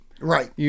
Right